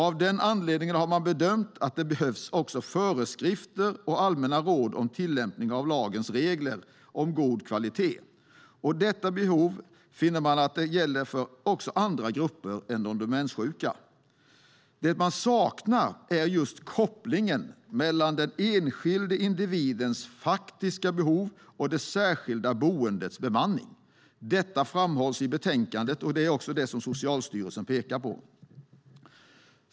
Av denna anledning har man bedömt att det behövs föreskrifter och allmänna råd om tillämpningen av lagens regler om god kvalitet. Detta behov finner man gäller också för andra grupper än demenssjuka. Det man saknar är kopplingen mellan den enskildes individuella faktiska behov och det särskilda boendets bemanning. Detta framhålls i betänkandet, och det är också det Socialstyrelsen pekar på.